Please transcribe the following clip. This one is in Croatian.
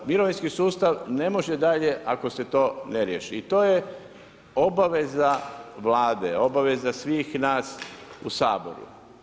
Mirovinski sustav ne može dalje ako se to ne riješi i to je obaveza Vlade, obaveza svih nas u Saboru.